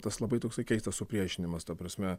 tas labai toksai keistas supriešinimas ta prasme